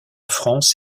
france